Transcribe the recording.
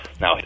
Now